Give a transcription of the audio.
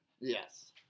Yes